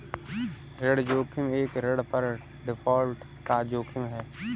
ऋण जोखिम एक ऋण पर डिफ़ॉल्ट का जोखिम है